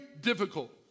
difficult